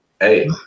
Hey